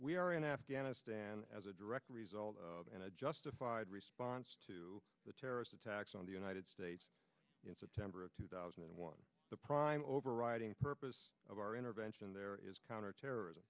we are in afghanistan as a direct result and a justified response to the terrorist attacks on the united states in september of two thousand and one the prime overriding purpose of our intervention there is counterterrorism